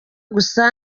gusa